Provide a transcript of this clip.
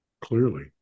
Clearly